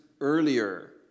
earlier